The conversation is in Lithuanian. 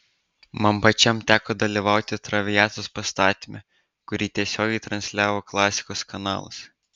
man pačiam teko dalyvauti traviatos pastatyme kurį tiesiogiai transliavo klasikos kanalas